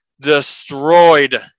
destroyed